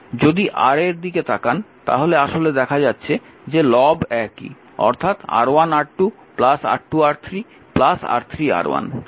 যদি Ra এর দিকে তাকান তাহলে আসলে দেখা যাচ্ছে যে লব একই অর্থাৎ R1R2 R2R3 R3R1